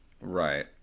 Right